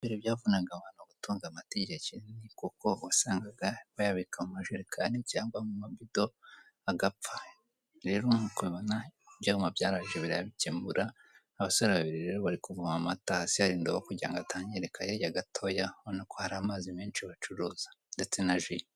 Mber byavunaga abantu gutunga amata igihe kinini kuko wasangaga bayabika mu majerekani cyangwa mu mabido agapfa, rero nk'uko ubibona ibyuma byaraje birabikemura abasore babiri rero bari kuvoma amata hasi hari indobo kugira ngo atangirika hirya gatoya ubona ko hari amazi menshi bacuruza ndetse na ji.